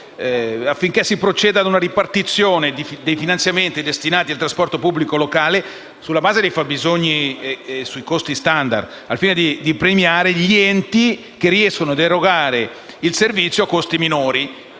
affinché si proceda a una ripartizione dei finanziamenti destinati al trasporto pubblico locale sulla base dei fabbisogni e dei costi *standard*, al fine di premiare gli enti che riescono a erogare il servizio a costi minori,